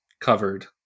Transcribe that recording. covered